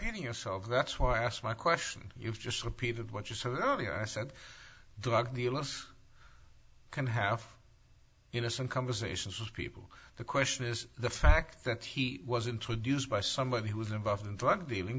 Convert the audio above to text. any yourself that's why i asked my question you just repeated what you said earlier i said drug dealers kind of half innocent conversations with people the question is the fact that he was introduced by somebody who was involved in drug dealing